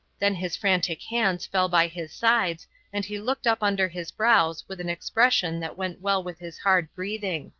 then his frantic hands fell by his sides and he looked up under his brows with an expression that went well with his hard breathing.